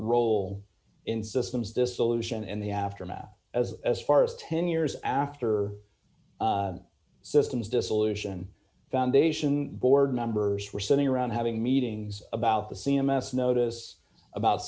role in systems dissolution and the aftermath as as far as ten years after systems dissolution foundation board members were sitting around having meetings about the c m s notice about